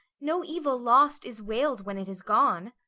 no evil lost is wail'd when it is gone.